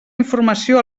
informació